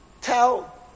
tell